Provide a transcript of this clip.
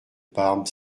parme